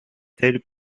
telles